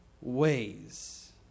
ways